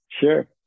Sure